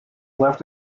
left